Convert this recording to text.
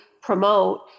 promote